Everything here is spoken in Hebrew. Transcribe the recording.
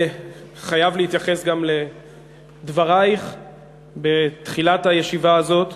חייב להתייחס גם לדברייך בתחילת הישיבה הזאת,